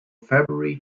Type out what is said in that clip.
february